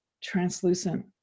translucent